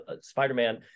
Spider-Man